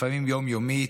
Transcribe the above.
לפעמים יום-יומית,